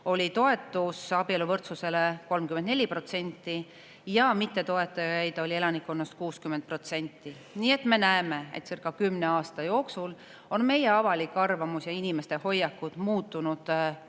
siis toetus abieluvõrdsusele 34% ja mittetoetajaid oli 60% elanikkonnast. Nii et me näeme, etcircakümne aasta jooksul on meie avalik arvamus ja inimeste hoiakud muutunud